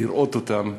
לראות אותם,